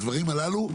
הדברים הללו,